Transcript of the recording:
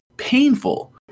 Painful